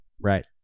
Right